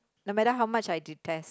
no matter how much detest